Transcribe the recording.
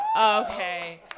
Okay